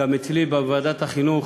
וגם אצלי בוועדת החינוך,